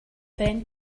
then